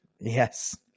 Yes